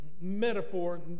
metaphor